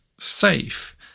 safe